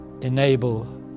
enable